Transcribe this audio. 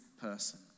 person